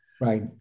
Right